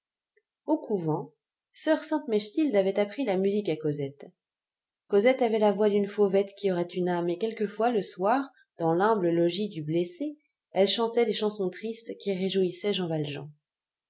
au couvent soeur sainte mechtilde avait appris la musique à cosette cosette avait la voix d'une fauvette qui aurait une âme et quelquefois le soir dans l'humble logis du blessé elle chantait des chansons tristes qui réjouissaient jean valjean